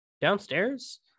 downstairs